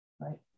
right